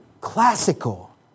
classical